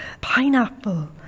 pineapple